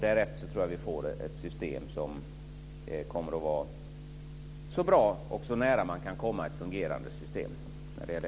Därefter tror jag att vi får ett system som kommer att vara bra och så nära man kan komma ett fungerande system för F